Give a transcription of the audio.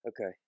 Okay